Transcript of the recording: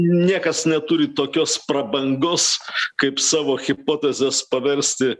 niekas neturi tokios prabangos kaip savo hipotezes paversti